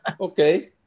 okay